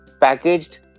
packaged